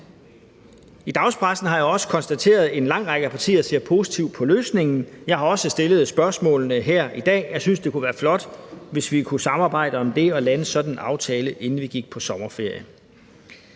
I dagspressen har jeg også konstateret, at en lang række af partier ser positivt på løsningen – jeg har også stillet spørgsmål om det her i dag. Jeg synes, det kunne være flot, hvis vi kunne samarbejde om det og lande sådan en aftale, inden vi gik på sommerferie.